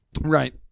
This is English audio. Right